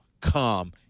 come